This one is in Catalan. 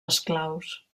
esclaus